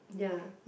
ya